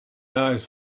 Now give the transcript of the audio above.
eyes